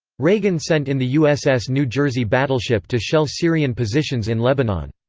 reagan sent in the uss new jersey battleship to shell syrian positions in lebanon.